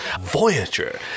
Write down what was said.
Voyager